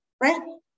right